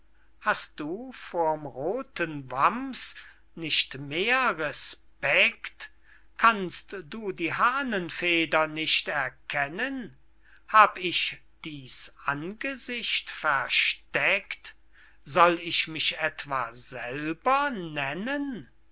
hast du vor'm rothen wamms nicht mehr respect kannst du die hahnenfeder nicht erkennen hab ich dieß angesicht versteckt soll ich mich etwa selber nennen